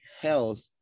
health